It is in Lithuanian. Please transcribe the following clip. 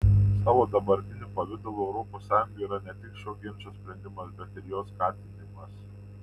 savo dabartiniu pavidalu europos sąjunga yra ne tik šio ginčo sprendimas bet ir jo skatinimas